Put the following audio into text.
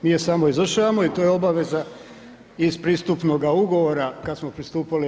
Mi je samo izvršavamo i to je obaveza iz pristupnoga ugovora kada smo pristupali EU.